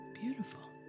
Beautiful